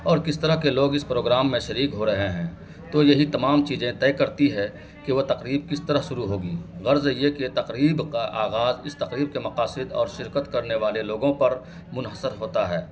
اور کس طرح کے لوگ اس پروگرام میں شریک ہو رہے ہیں تو یہی تمام چیزیں طے کرتی ہے کہ وہ تقریب کس طرح شروع ہوگی غرض یہ کہ تقریب کا آغاز اس تقریب کے مقاصد اور شرکت کرنے والے لوگوں پر منحصر ہوتا ہے